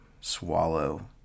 swallow